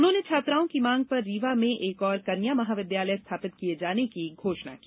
उन्होंने छात्राओं की माँग पर रीवा में एक और कन्या महाविद्यालय स्थापित किये जाने की घोषणा की